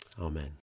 Amen